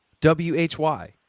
w-h-y